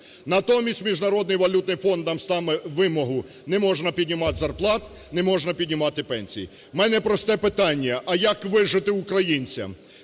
Натомість Міжнародний валютний фонд нам ставить вимогу: не можна піднімати зарплати, не можна піднімати пенсії. У мене просте питання: а як вижити українцям,